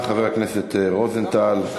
חבר הכנסת רוזנטל.